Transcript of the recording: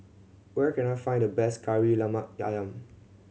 where can I find the best Kari Lemak Ayam